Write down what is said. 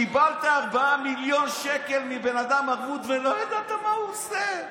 קיבלת 4 מיליון שקל ערבות מבן אדם ולא ידעת מה הוא עושה.